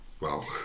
Wow